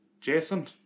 jason